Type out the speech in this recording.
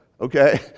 okay